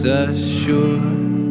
assured